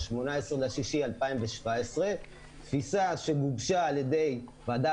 ב-16 ביוני 2017. תפיסה שגובשה על-ידי ועדה